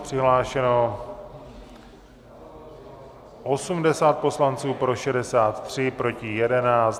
Přihlášeno 80 poslanců, pro 63, proti 11.